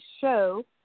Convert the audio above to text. show